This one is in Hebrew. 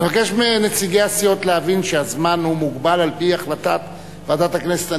אבקש מנציגי הסיעות להבין שהזמן הוא מוגבל על-פי החלטת ועדת הכנסת.